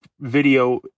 video